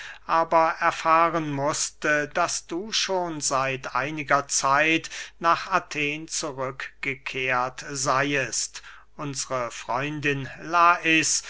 aber erfahren mußte daß du schon seit einiger zeit nach athen zurückgekehrt seyest unsre freundin lais